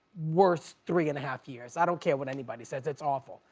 worst three and a half years, i don't care what anybody says. it's awful,